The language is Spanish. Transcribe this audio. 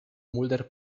mulder